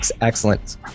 excellent